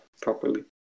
properly